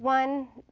one,